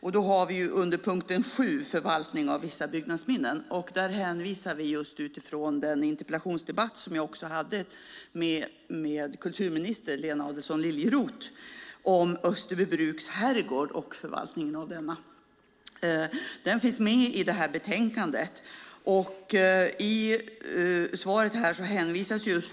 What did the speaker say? Under punkt 7 i betänkandet, Förvaltning av vissa byggnadsminnen, hänvisas till den interpellationsdebatt som jag hade med kulturminister Lena Adelsohn Liljeroth om Österbybruks herrgård och förvaltning av denna. Det finns med i betänkandet.